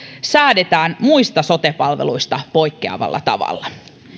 säädetään muista sote palveluista poikkeavalla tavalla